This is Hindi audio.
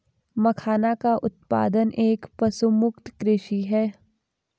मखाना का उत्पादन एक पशुमुक्त कृषि है